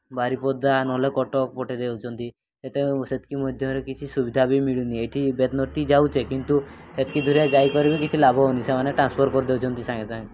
ବାରିପଦା ନହେଲେ କଟକ ପଠାଇଦେଉଛନ୍ତି ସେତିକି ମଧ୍ୟରେ କିଛି ସୁବିଧା ବି ମିଳୁନି ଏଠି ବେତନଠି ଯାଉଛେ କିନ୍ତୁ ସେତିକି ଦୂରରେ ଯାଇପାରିବେ କିଛି ଲାଭ ହେଉନି ସେମାନେ ଟ୍ରାନ୍ସଫର୍ କରିଦେଉଛନ୍ତି ସାଙ୍ଗେ ସାଙ୍ଗେ